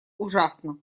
ужасно